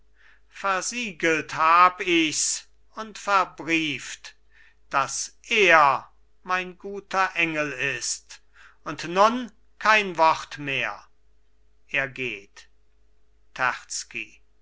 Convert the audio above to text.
versiegelt hab ichs und verbrieft daß er mein guter engel ist und nun kein wort mehr er geht